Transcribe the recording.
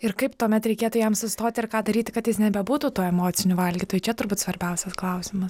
ir kaip tuomet reikėtų jam sustoti ir ką daryti kad jis nebebūtų tuo emociniu valgytoju čia turbūt svarbiausias klausimas